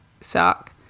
suck